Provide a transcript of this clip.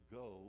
go